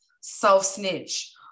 self-snitch